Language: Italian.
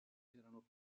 erano